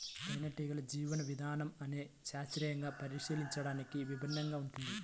తేనెటీగల జీవన విధానం అనేది శాస్త్రీయంగా పరిశీలించడానికి విభిన్నంగా ఉంటుంది